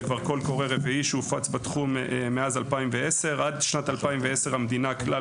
זה כבר קול קורא רביעי שהופץ בתחום מאז 2010. עד שנת 2010 המדינה כלל